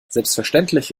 selbstverständlich